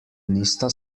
nista